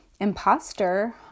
imposter